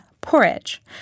porridge